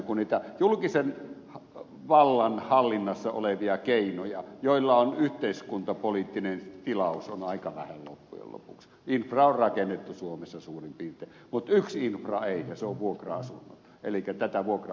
niitä julkisen vallan hallinnassa olevia keinoja joilla on yhteiskuntapoliittinen tilaus on aika vähän loppujen lopuksi infra on rakennettu suomessa suurin piirtein mutta yhtä infraa ei ja se on vuokra asunnot elikkä tätä vuokra asuntotuotantoa tulee olemaan